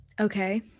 okay